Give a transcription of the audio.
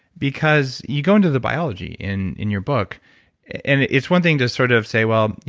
because you go into the biology in in your book and it's one thing to sort of say, well,